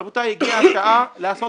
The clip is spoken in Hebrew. רבותיי, הגיעה השעה לעשות